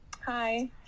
Hi